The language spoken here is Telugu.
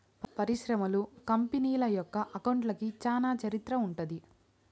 పరిశ్రమలు, కంపెనీల యొక్క అకౌంట్లకి చానా చరిత్ర ఉంటది